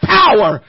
power